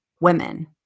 women